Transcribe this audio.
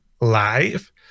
live